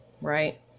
right